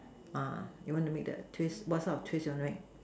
you want to make that twist what sort of twist you want to make